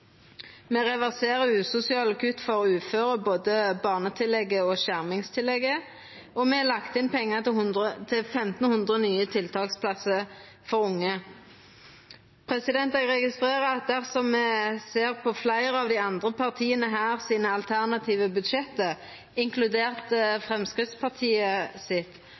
Me reverserer usosiale kutt for uføre, i både barnetillegget og skjermingstillegget, og me har lagt inn pengar til 1 500 nye tiltaksplassar for unge. Eg registrerer at dersom ein ser på dei alternative budsjetta til fleire av dei andre partia her,